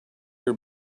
your